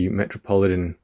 metropolitan